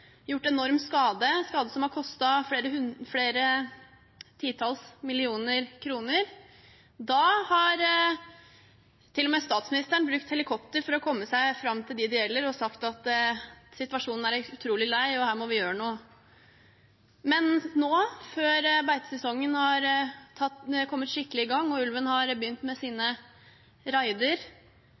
gjort enorm skade, skade som har kostet flere titalls millioner kroner, har til og med statsministeren brukt helikopter for å komme seg fram til dem det gjelder, og sagt at situasjonen er utrolig lei og her må vi gjøre noe. Mens nå, før beitesesongen har kommet skikkelig i gang og ulven har begynt med sine